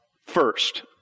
First